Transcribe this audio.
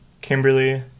Kimberly